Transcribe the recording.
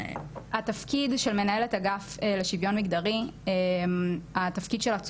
התפקיד של מנהלת אגף לשוויון מגדרי בנציבות שירות המדינה,